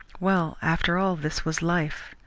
well, after all, this was life.